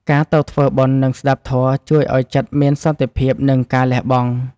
ការទៅធ្វើបុណ្យ និងស្តាប់ធម៌ ជួយឱ្យចិត្តមានសន្តិភាព និងការលះបង់។